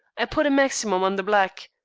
i put a maximum on the black.